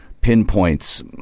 pinpoints